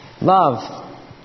Love